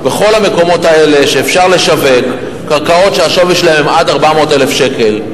בכל המקומות האלה שאפשר לשווק קרקעות שהשווי שלהן עד 400,000 שקל.